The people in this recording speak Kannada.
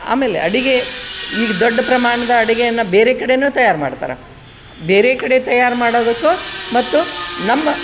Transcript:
ಆಮೇಲೆ ಅಡುಗೆ ಈಗ ದೊಡ್ಡ ಪ್ರಮಾಣದ ಅಡಿಗೆಯನ್ನು ಬೇರೆ ಕಡೆಯೂ ತಯಾರು ಮಾಡ್ತಾರೆ ಬೇರೆ ಕಡೆ ತಯಾರು ಮಾಡೋದಕ್ಕೂ ಮತ್ತು ನಮ್ಮ